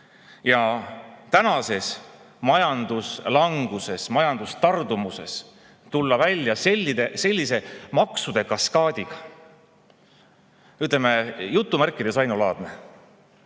Tänase majanduslanguse, majandustardumuse [ajal] tulla välja sellise maksude kaskaadiga on jutumärkides ainulaadne.